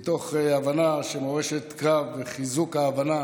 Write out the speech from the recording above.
מתוך הבנה שלמורשת קרב וחיזוק ההבנה